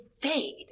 fade